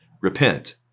repent